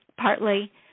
partly